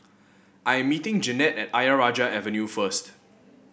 I am meeting Jeannette at Ayer Rajah Avenue first